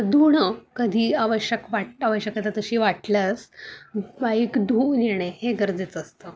धुणं कधी आवश्यक वाट आवश्यकता तशी वाटल्यास बाईक धुवून येणे हे गरजेचं असतं